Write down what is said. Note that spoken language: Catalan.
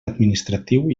administratiu